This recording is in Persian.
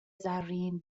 زرین